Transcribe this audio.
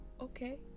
okay